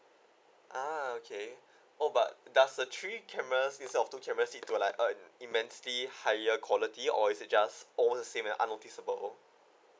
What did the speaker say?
ah okay oh but does the three cameras instead of two cameras seems to like uh immensely higher quality or is it just all the same and unnoticable